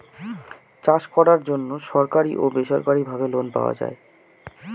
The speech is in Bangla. চাষ করার জন্য সরকারি ও বেসরকারি ভাবে লোন পাওয়া যায়